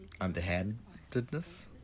underhandedness